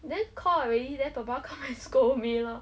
then call already then papa come and scold me lor